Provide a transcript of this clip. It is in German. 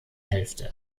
hälfte